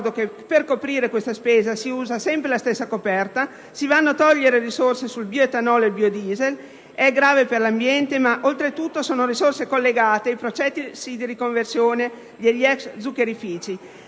per coprire questa spesa si usi sempre la stessa coperta. Si vanno a togliere risorse sul bioetanolo e sul biodiesel: è grave per l'ambiente, ma oltretutto sono risorse collegate ai processi di riconversione degli ex zuccherifici.